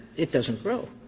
it doesn't grow.